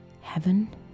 heaven